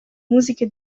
musiche